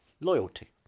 loyalty